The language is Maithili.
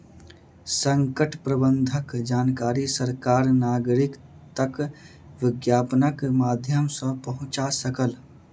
संकट प्रबंधनक जानकारी सरकार नागरिक तक विज्ञापनक माध्यम सॅ पहुंचा सकल